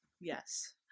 yes